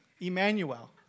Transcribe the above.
Emmanuel